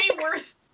worse